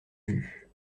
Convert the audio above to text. vue